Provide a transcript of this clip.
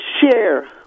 share